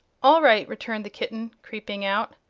all right, returned the kitten, creeping out.